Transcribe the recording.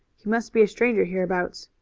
he must be a stranger hereabouts.